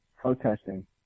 protesting